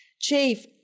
Chief